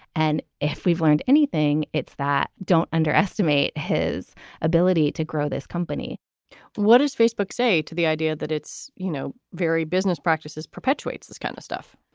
and if we've learned anything, it's that don't underestimate his ability to grow this company what does facebook say to the idea that it's, you know, very business practices perpetuates this kind of stuff?